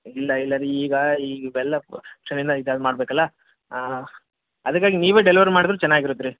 ಇಲ್ಲ ಇಲ್ಲ ರೀ ಈಗ ಈಗ ಇವೆಲ್ಲ ಇದು ಮಾಡ್ಬೇಕು ಅಲ್ಲ ಹಾಂ ಅದಕ್ಕಾಗಿ ನೀವೇ ಡೆಲಿವರಿ ಮಾಡಿದ್ರೆ ಚೆನ್ನಾಗಿ ಇರತ್ತೆ ರೀ